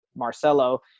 marcelo